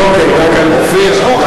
אופיר,